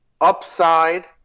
upside